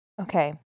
Okay